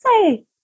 say